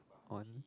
on